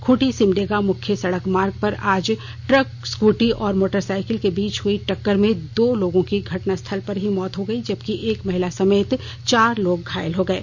खुंटी सिमंडेगा मुख्य सडक मार्ग पर आज ट्रक स्कटी और मोटरसाईकिल के बीच हई टक्कर में दो लोगो की घटनास्थल पर ही मौत हो गयी जबकि एक महिला समेत चार लोग घायल हो गये